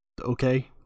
okay